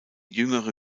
jüngere